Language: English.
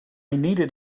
needed